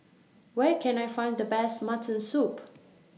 Where Can I Find The Best Mutton Soup